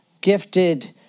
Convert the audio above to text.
gifted